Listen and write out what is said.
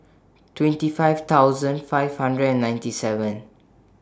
twenty five thousand five hundred and ninety seven